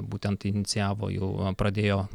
būtent inicijavo jau pradėjo